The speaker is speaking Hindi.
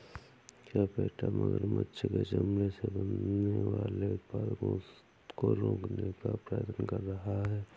क्या पेटा मगरमच्छ के चमड़े से बनने वाले उत्पादों को रोकने का प्रयत्न कर रहा है?